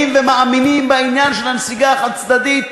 ומאמינים בעניין של הנסיגה החד-צדדית,